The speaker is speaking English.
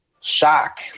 shock